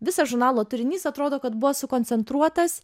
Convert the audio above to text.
visas žurnalo turinys atrodo kad buvo sukoncentruotas